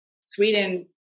Sweden